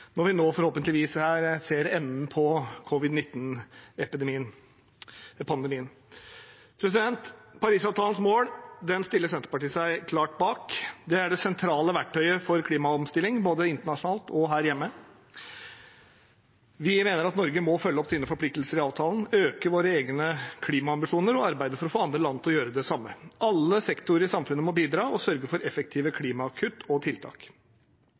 når vi nå forhåpentligvis ser enden på covid-19-pandemien. Senterpartiet stiller seg klart bak Parisavtalens mål. Det er det sentrale verktøyet for klimaomstilling, både internasjonalt og her hjemme. Vi mener at Norge må følge opp sine forpliktelser i avtalen, øke våre egne klimaambisjoner og arbeide for å få andre land til å gjøre det samme. Alle sektorer i samfunnet må bidra og sørge for effektive klimakutt og -tiltak. Samtidig er det vesentlig for Senterpartiet at vi ikke skal innføre tiltak